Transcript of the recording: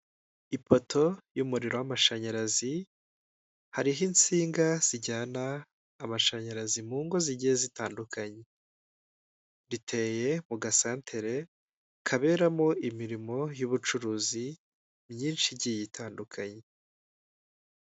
Ipoto y'umuriro w'amashanyarazi hariho insinga zijyana amashanyarazi mu ngo zigiye zitandukanye, riteye mu gasantire kaberamo imirimo y'ubucuruzi myinshi igiye itandukanye.